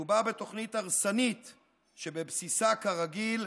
מדובר בתוכנית הרסנית שבבסיסה, כרגיל,